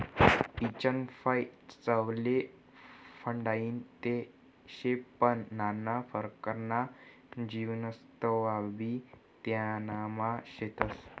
पीचनं फय चवले बढाईनं ते शे पन नाना परकारना जीवनसत्वबी त्यानामा शेतस